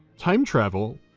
time travel